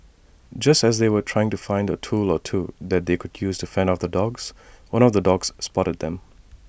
just as they were trying to find A tool or two that they could use to fend off the dogs one of the dogs spotted them